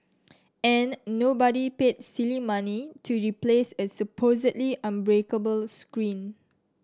and nobody paid silly money to replace a supposedly unbreakable screen